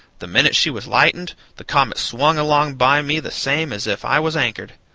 the minute she was lightened the comet swung along by me the same as if i was anchored.